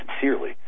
sincerely